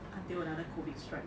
until another COVID strike